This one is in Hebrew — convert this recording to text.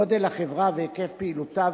גודל החברה והיקף פעילותה,